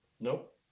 nope